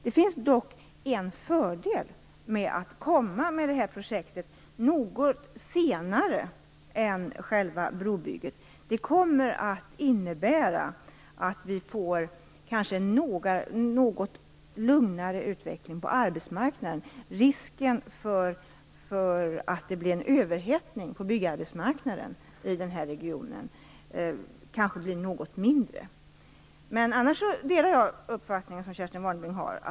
Det finns dock en fördel med att komma med detta projekt något senare än själva brobygget. Det kommer att innebära att vi får en något lugnare utveckling på arbetsmarknaden. Risken för överhettning på byggarbetsmarknaden i denna region kanske blir något mindre. Annars delar jag den uppfattning som Kerstin Warnerbring har.